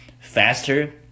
faster